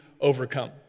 overcome